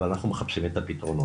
אבל אנחנו מחפשים את הפתרונות